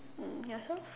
mm yourself